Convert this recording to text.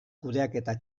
kudeaketa